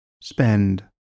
spend